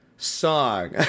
song